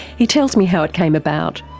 he tells me how it came about.